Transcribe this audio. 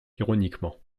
ironiquement